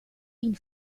ihn